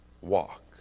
walk